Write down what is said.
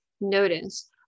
notice